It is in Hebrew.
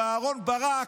ואהרן ברק,